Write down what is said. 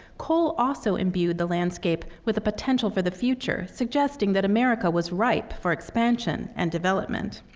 cole also imbued the landscape with a potential for the future, suggesting that america was ripe for expansion and development.